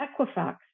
Equifax